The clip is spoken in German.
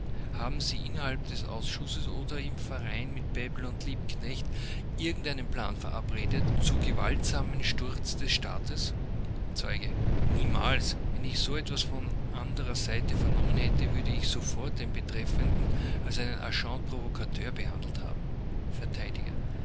haben sie innerhalb des ausschusses oder im verein mit bebel und liebknecht irgendeinen plan verabredet zu gewaltsamem sturz des staates zeuge niemals wenn ich so etwas von anderer seite vernommen hätte würde ich sofort den betreffenden als einen agent provocateur behandelt haben